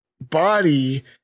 body